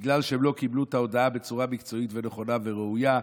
בגלל שהם לא קיבלו את ההודעה בצורה מקצועית ונכונה וראויה,